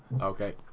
Okay